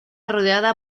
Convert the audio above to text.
rodeada